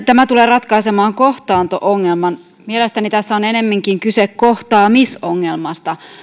tämä tulee ratkaisemaan kohtaanto ongelman mielestäni tässä on ennemminkin kyse kohtaamisongelmasta